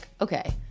okay